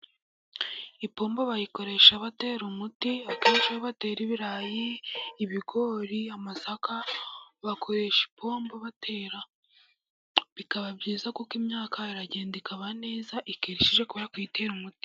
Ipombo bayikoresha batera umuti. Akenshi iyo batera ibirayi, ibigori, amasaka, bakoresha ipombo batera, bikaba byiza kuko imyaka iragenda ikaba neza. Ikera ishishe kubera kuyitera umuti.